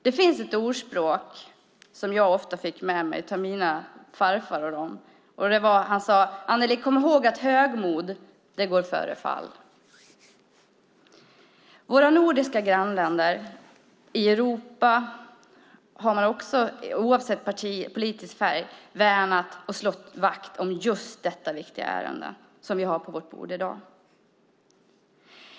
Det finns ett ordspråk som jag ofta fick höra av farfar. Han sade: Anneli, kom ihåg att högmod går före fall. I våra nordiska grannländer och i andra länder i Europa har man oavsett politisk färg värnat och slagit vakt om just det viktiga ärende som vi har på vårt bord i dag.